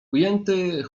ujęty